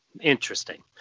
interesting